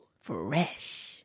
fresh